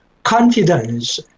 confidence